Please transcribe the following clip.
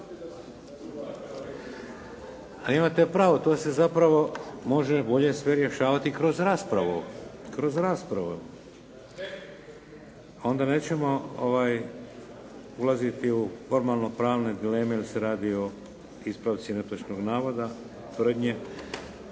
A imate pravo tu se zapravo može bolje sve rješavati kroz raspravu. Onda nećemo ulaziti u formalno pravne dileme, jer se radi o ispravci netočnog navoda, tvrdnje.